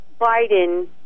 Biden